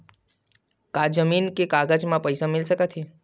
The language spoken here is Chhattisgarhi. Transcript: का जमीन के कागज म पईसा मिल सकत हे?